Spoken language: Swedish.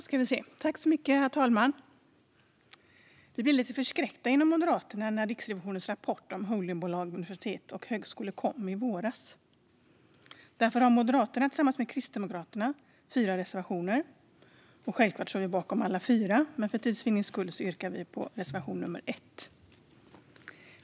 Herr talman! Vi blev lite förskräckta inom Moderaterna när Riksrevi-sionens rapport om holdingbolag vid universitet och högskolor kom i våras. Därför har Moderaterna tillsammans med Kristdemokraterna fyra reservationer. Självklart står jag bakom alla fyra, men för tids vinnande yrkar jag bifall endast till reservation nummer 1.